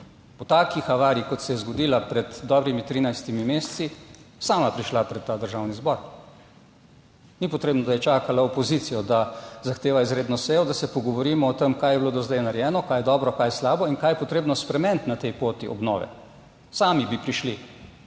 po taki kalvariji kot se je zgodila pred dobrimi 13 meseci, sama prišla pred ta Državni zbor. Ni potrebno, da je čakala opozicijo, da zahteva izredno sejo, da se pogovorimo o tem, kaj je bilo do zdaj narejeno, kaj je dobro, kaj je slabo in kaj je potrebno spremeniti na tej poti obnove. Sami bi prišli